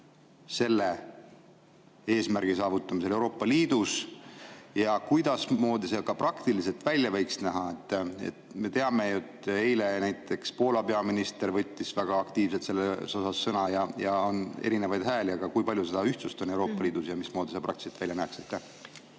selle eesmärgi saavutamiseks ja kuidas see praktiliselt välja võiks näha? Me teame, et näiteks eile Poola peaminister võttis väga aktiivselt sellel teemal sõna, aga on erinevaid hääli. Aga kui palju seda ühtsust Euroopa Liidus on ja mismoodi see praktiliselt välja näeks?